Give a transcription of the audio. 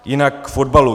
Jinak k fotbalu.